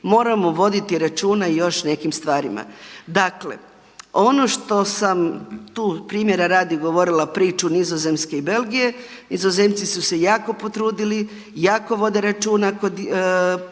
moramo voditi računa i još o nekim stvarima. Dakle, ono što sam tu primjera radi govorila priču Nizozemske i Belgije, Nizozemci su se jako potrudili, jako vode računa kod provođenja